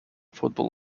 football